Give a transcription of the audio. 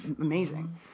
amazing